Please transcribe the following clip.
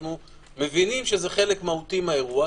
ואנחנו מבינים שזה חלק מהותי מהאירוע,